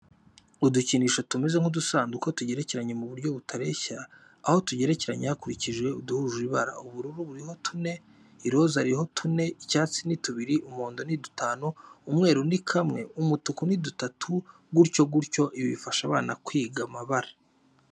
Udukinisho tumeze nk'udusanduka tugerekeranye mu buryo butareshya aho tugerekeranye hakurikijwe uduhuje ibara. Ubururu buriho tune, iroza ririho tune, icyatsi ni tubiri, umuhondo ni dutanu, umweru ni kamwe, umutuku ni dutatu gutyo gutyo. Ibi bifasha abana kwiga kubara.